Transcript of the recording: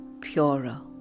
purer